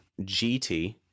gt